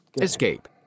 Escape